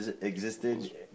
existed